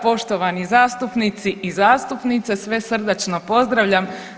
Poštovani zastupnici i zastupnice sve srdačno pozdravljam.